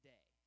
Day